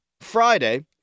Friday